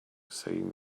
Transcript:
saying